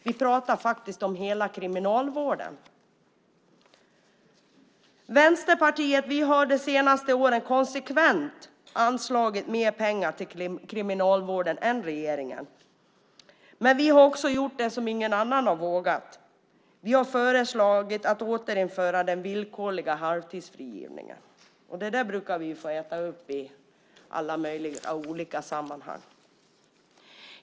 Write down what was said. Vi pratar faktiskt om hela kriminalvården. Vänsterpartiet har de senaste åren konsekvent anslagit mer pengar till kriminalvården än regeringen. Vi har också gjort det som ingen annan har vågat: Vi har föreslagit att man ska återinföra den villkorliga halvtidsfrigivningen. Det brukar vi få äta upp i alla möjliga sammanhang.